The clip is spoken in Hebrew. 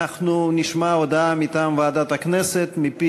אנחנו נשמע הודעה מטעם ועדת הכנסת מפי